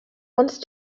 wanted